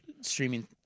streaming